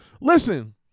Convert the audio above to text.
listen